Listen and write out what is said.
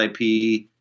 IP